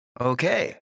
Okay